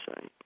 say